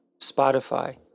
Spotify